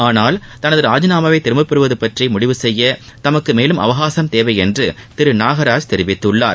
ஆனால் தனது ராஜினாமாவை திரும்பப் பெறுவது பற்றி முடிவு செய்ய தமக்கு மேலும் அவகாசம் தேவை என்று திரு நாகராஜ் தெரிவித்துள்ளார்